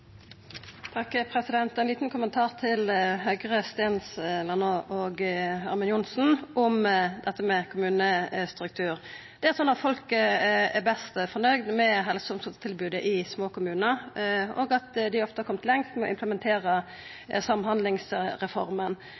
Ein liten kommentar til Høgres Stensland og Ørmen Johnsen om kommunestruktur: Det er slik at folk er mest nøgd med helse- og omsorgstilbodet i små kommunar, og at dei ofte har kome lengst med å implementera samhandlingsreforma.